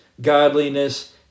godliness